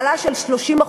העלאה של 30%,